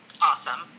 Awesome